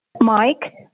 Mike